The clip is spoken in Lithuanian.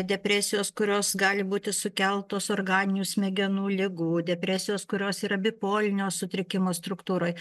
depresijos kurios gali būti sukeltos organinių smegenų ligų depresijos kurios yra bipolinio sutrikimo struktūroj